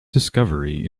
discovery